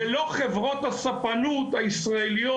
זה לא חברות הספנות הישראליות,